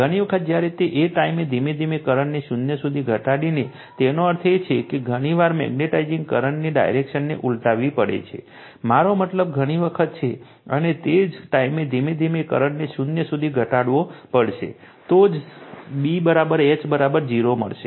ઘણી વખત જ્યારે તે જ ટાઈમે ધીમે ધીમે કરંટને શૂન્ય સુધી ઘટાડીને તેનો અર્થ એ કે ઘણી વાર મેગ્નેટાઇઝિંગ કરંટની ડાયરેક્શનને ઉલટાવવી પડે છે મારો મતલબ ઘણી વખત છે અને તે જ ટાઈમે ધીમે ધીમે કરંટને શૂન્ય સુધી ઘટાડવો પડશે તો જ B H 0 મળશે